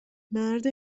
مرد